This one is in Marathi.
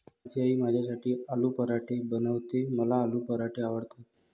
माझी आई माझ्यासाठी आलू पराठे बनवते, मला आलू पराठे आवडतात